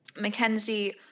Mackenzie